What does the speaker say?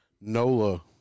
Nola